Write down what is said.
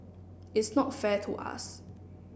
it's not fair to us